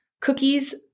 cookies